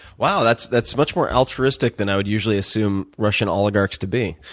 wow. that's that's much more altruistic than i would usually assume russian oligarchs to be.